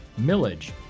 millage